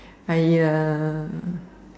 I uh